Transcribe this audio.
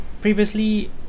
previously